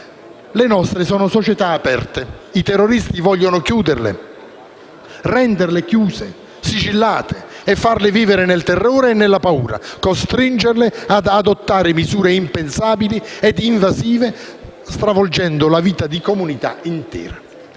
Le nostre sono società aperte e i terroristi vogliono chiuderle, renderle sigillate e farle vivere nel terrore e nella paura, costringerle ad adottare misure impensabili e invasive, stravolgendo la vita di comunità intere.